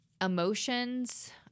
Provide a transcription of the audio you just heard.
emotions